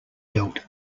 dealt